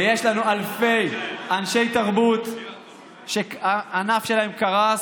ויש לנו אלפי אנשי תרבות שהענף שלהם קרס,